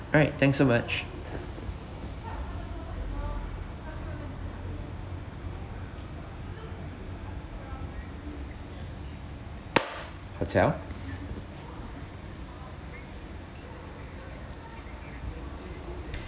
alright thanks so much hotel